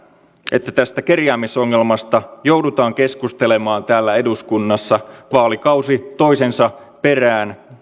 että tästä kerjäämisongelmasta joudutaan keskustelemaan täällä eduskunnassa vaalikausi toisensa perään